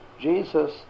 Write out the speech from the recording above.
Jesus